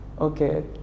okay